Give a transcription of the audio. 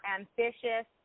ambitious